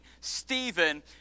Stephen